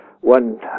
one